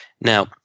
Now